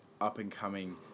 up-and-coming